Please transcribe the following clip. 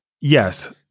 yes